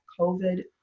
COVID